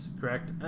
correct